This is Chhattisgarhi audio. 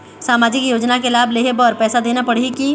सामाजिक योजना के लाभ लेहे बर पैसा देना पड़ही की?